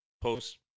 post